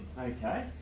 okay